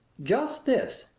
just this,